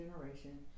generation